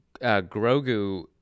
Grogu